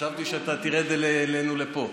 חשבתי שאתה תרד אלינו לפה.